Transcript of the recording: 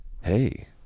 hey